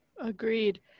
Agreed